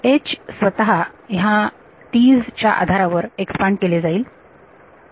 H स्वतः ह्या T's च्या आधारावर एक्सपांड केले जाईल